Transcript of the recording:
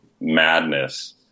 madness